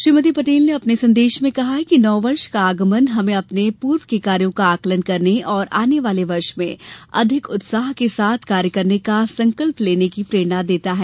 श्रीमती पटेल ने अपने संदेश में कहा है कि नववर्ष का आगमन हमें अपने पूर्व के कार्यों का आकलन करने और आने वाले वर्ष में अधिक उत्साह के साथ कार्य करने का संकल्प लेने की प्रेरणा देता है